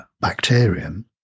bacterium